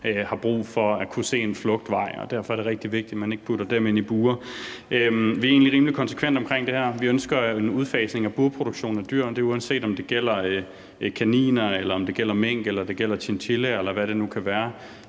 har brug for at kunne se en flugtvej, og derfor er det rigtig vigtigt, at man ikke putter dem ind i bure. Vi er egentlig rimelig konsekvente omkring det her. Vi ønsker en udfasning af burproduktion af dyr, og det er, uanset om det gælder kaniner, mink, chinchillaer, eller hvad det nu kan være.